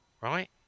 right